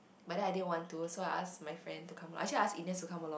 but then I didn't want to so I ask my friend to come actually I ask Ernest to come along